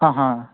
ಹಾಂ ಹಾಂ